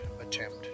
attempt